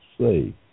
say